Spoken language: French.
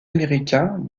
américain